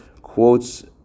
quotes